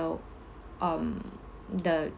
um the